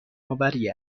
آوری